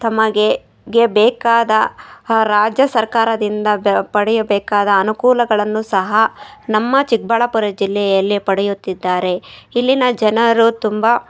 ತಮಗೆ ಗೆ ಬೇಕಾದ ಹ ರಾಜ್ಯ ಸರ್ಕಾರದಿಂದ ದ ಪಡೆಯಬೇಕಾದ ಅನುಕೂಲಗಳನ್ನೂ ಸಹ ನಮ್ಮ ಚಿಕ್ಕಬಳ್ಳಾಪುರ ಜಿಲ್ಲೆಯಲ್ಲಿ ಪಡೆಯುತ್ತಿದ್ದಾರೆ ಇಲ್ಲಿನ ಜನರು ತುಂಬ